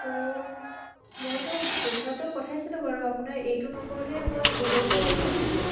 অ' মইতো পঠোৱাটো পঠাইছিলোঁ বাৰু আপোনাৰ এইটো নম্বৰতে মই গুগল পে' কৰি দিছিলোঁ